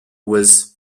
was